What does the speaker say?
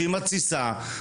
שהיא מתסיסה,